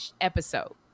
episode